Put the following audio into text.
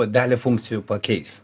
dalį funkcijų pakeis